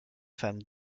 femme